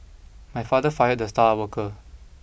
my father fired the star worker